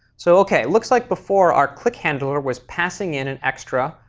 so ok, looks like before our click handler was passing in an extra,